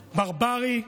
ברברי,